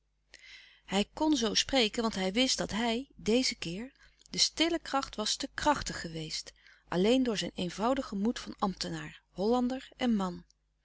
hij kon zoo spreken want hij wist dat hij dezen keer de stille kracht was te krachtig geweest alleen door zijn eenvoudigen moed van ambtenaar hollander en man